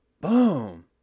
Boom